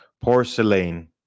porcelain